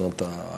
זאת אומרת,